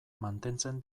mantentzen